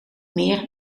meer